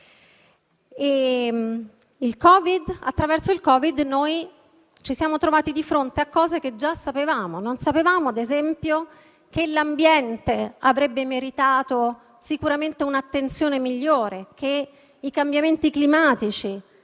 Con il Covid ci siamo trovati di fronte a cose che già sapevamo. Non sapevamo, ad esempio, che l'ambiente avrebbe meritato sicuramente un'attenzione migliore e che i cambiamenti climatici